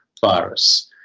virus